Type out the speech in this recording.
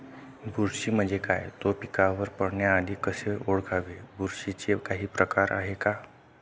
बुरशी म्हणजे काय? तो पिकावर पडण्याआधी कसे ओळखावे? बुरशीचे काही प्रकार आहेत का?